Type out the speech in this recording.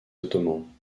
ottomans